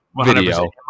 video